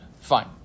Fine